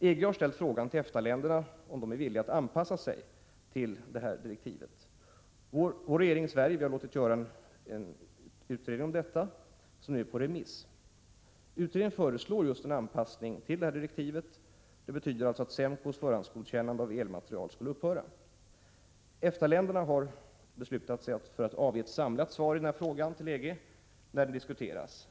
EG har ställt frågan till EFTA-länderna om de är villiga att anpassa sig till det här direktivet. Den svenska regeringen har låtit göra en utredning om detta. Utredningen är nu på remiss. I utredningen föreslås just en anpassning till direktivet, vilket betyder att SEMKO:s förhandsgodkännande av elmaterial skulle upphöra. EFTA-länderna har beslutat sig för att avge ett samlat svar till EG i denna fråga.